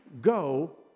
go